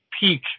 peak